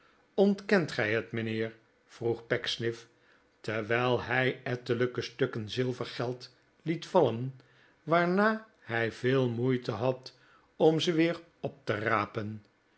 ontkent gij het mijnheer vroeg pecksniff terwijl hij ettelijke stukken zilvergeld liet vallen waarna hij veel moeite had om maarten chuzzlewit ze weer op te rapen